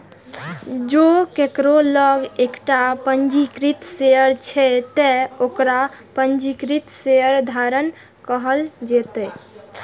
जों केकरो लग एकटा पंजीकृत शेयर छै, ते ओकरा पंजीकृत शेयरधारक कहल जेतै